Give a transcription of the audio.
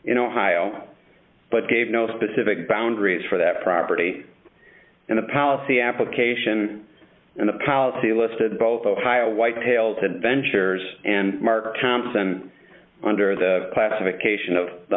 in ohio but gave no specific boundaries for that property and the policy application and the policy listed both ohio whitetail to ventures and mark thompson under the classification of the